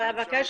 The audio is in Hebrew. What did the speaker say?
תודה.